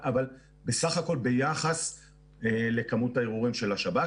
אבל בסך הכול, ביחס לכמות הערעורים של השב"כ